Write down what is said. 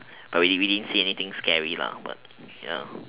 but we didn't we didn't see anything scary lah but ya